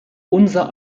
unser